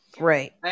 Right